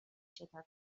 жатат